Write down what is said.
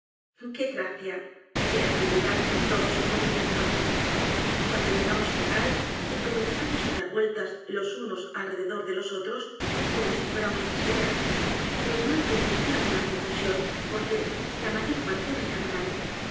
figuras qué gracia qué agilidad en todos sus movimientos cuando llegamos al wals y comenzamos á dar vueltas los unos alrededor délos otros como si fuéramos esferas reinó al principio alguna confusión porque la mayor parte bailaba mal